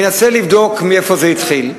וינסה לבדוק מאיפה זה התחיל,